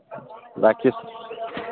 रखिये सर